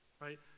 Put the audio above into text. right